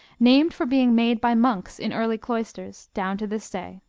named from being made by monks in early cloisters, down to this day.